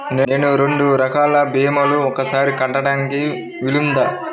నేను రెండు రకాల భీమాలు ఒకేసారి కట్టడానికి వీలుందా?